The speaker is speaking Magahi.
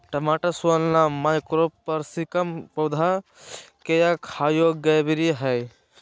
टमाटरसोलनम लाइकोपर्सिकम पौधा केखाययोग्यबेरीहइ